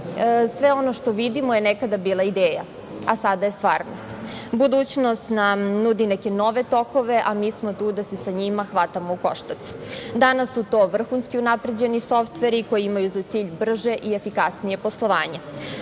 sve ono što vidimo je nekada bila ideja, a sada je stvarnost. Budućnost nam nudi neke nove tokove, a mi smo tu da se sa njima hvatamo u koštac. Danas su to vrhunsko unapređeni softveri koji imaju za cilj brže i efikasnije poslovanje.